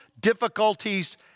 difficulties